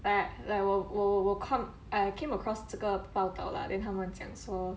I like I 我我我 I came across 这个报道 lah then 他们讲说